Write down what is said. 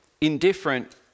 indifferent